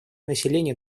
население